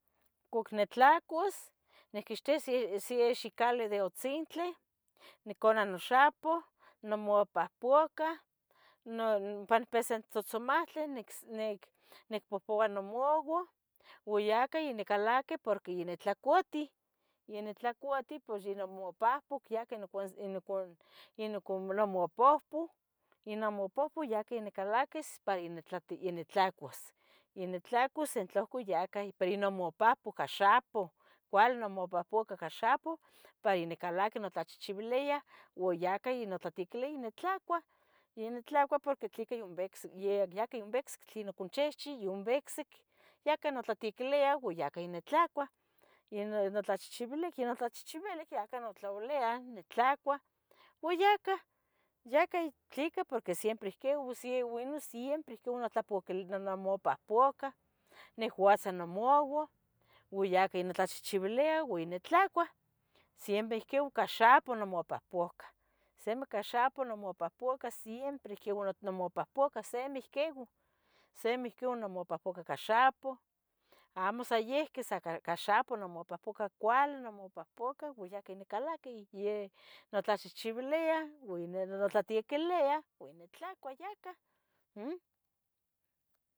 Ihcuac nitlacuas nicquixteya se xicale de otzintli nicona noxapoh nimoapahpoca, pan peya se tzotzomahti nicpohpoua nomouan uo yacah nicalaqui porque ya nitlacuatih, ya nitlacuatih pos yonimopahpoc, yonimomapohpou, yonomopohpou yaqui nicalaquis para ya nitlacuas. Ya nitlacuas en tlaucon ya yonmopahpoc ica xapoh cuali nomopahpocac ica xapoh pa yanicalaqui notlachichiuiliah uon ya cah, ya notiquilia ya nitlacua. Ya nitlacua porque tleca yovictzic tlen noconchihchiu, yovictzic yaca notlatequilia uan yacah notlalia nitlacuah. Yonotlachihchivilic, yonotlachihchivilic yacah notlaolia, nitlacuah uo yacah. Yaca tleca porque siempre queu, siempre namopohpacah nicuatza nomauah uo yacah notlachihchivilia ya nitlacuah. Siempre uiquin ica xapoh inmopohpoca, simi ica xapoh nimopohpoca. siempre nimopohpoca semih ihquiui, semi ihquiui nimopahpaca, amo sayiuqui ica xapoh nimopahpaco, nimopohpoca cuali, cuali nimopohpoca uan nocalaqui notlachihchiuilia uan notlatequilia uo nitlacua, yacah.